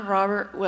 Robert